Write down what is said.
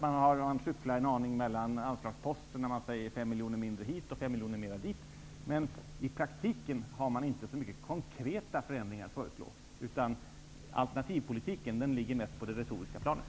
Man skyfflar en aning mellan anslagsposterna och säger att det skall gå 5 miljoner mindre hit och 5 miljoner mer dit, men i praktiken har man inte så många konkreta förändringar att föreslå. Alternativpolitiken ligger mest på det retoriska planet.